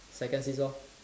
second sis lor